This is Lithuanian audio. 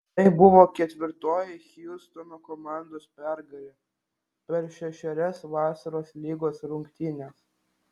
tai buvo ketvirtoji hjustono komandos pergalė per šešerias vasaros lygos rungtynes